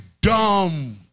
dumb